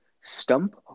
stump